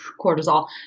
cortisol